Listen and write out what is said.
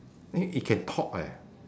and it it can talk eh